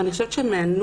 אני חושבת שמהנוסח